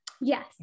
Yes